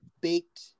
baked